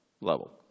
level